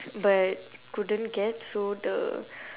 but couldn't get so the